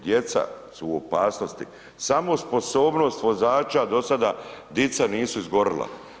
Djeca su u opasnosti, samo sposobnost vozača do sada dica nisu izgorila.